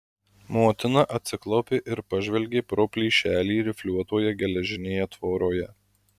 motina atsiklaupė ir pažvelgė pro plyšelį rifliuotoje geležinėje tvoroje